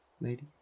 lady